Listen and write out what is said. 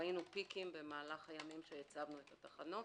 ראינו פיקים במהלך הימים שהצבנו את התחנות